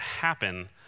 happen